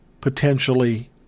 potentially